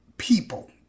people